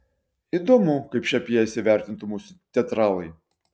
įdomu kaip šią pjesę vertintų mūsų teatralai